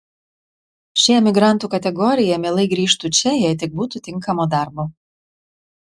ši emigrantų kategorija mielai grįžtu čia jei tik būtų tinkamo darbo